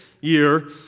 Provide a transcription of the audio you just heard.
year